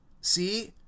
see